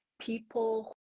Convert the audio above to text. people